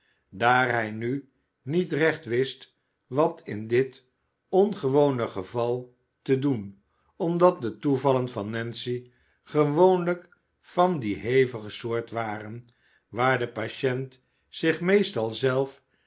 daar hij nu niet recht wist wat in dit ongewone geval te doen omdat de toevallen van nancy gewoonlijk van die hevige soort waren waar de patiënt zich meestal zelf